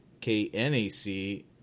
KNAC